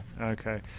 Okay